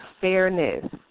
fairness